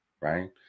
right